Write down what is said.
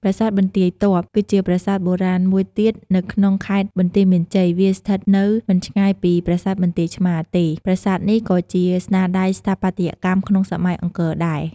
ប្រាសាទបន្ទាយទ័ព គឺជាប្រាសាទបុរាណមួយទៀតនៅក្នុងខេត្តបន្ទាយមានជ័យ វាស្ថិតនៅមិនឆ្ងាយពីប្រាសាទបន្ទាយឆ្មារទេ ប្រាសាទនេះក៏ជាស្នាដៃស្ថាបត្យកម្មក្នុងសម័យអង្គរដែរ។